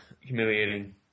humiliating